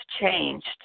changed